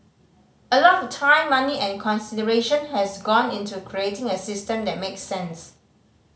a lot of time money and consideration has gone into creating a system that makes sense